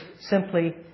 simply